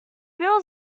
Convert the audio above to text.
bill